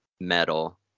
metal